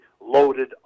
loaded